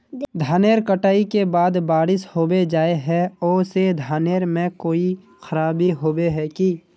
धानेर कटाई के बाद बारिश होबे जाए है ओ से धानेर में कोई खराबी होबे है की?